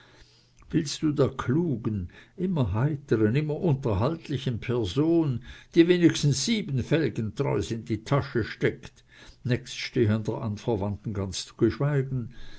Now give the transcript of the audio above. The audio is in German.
willst du der klugen immer heitren immer unterhaltlichen person die wenigstens sieben felgentreus in die tasche steckt nächststehender anverwandten ganz